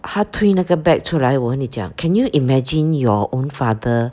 他推那个 bag 出来我你讲 can you imagine your own father